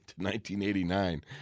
1989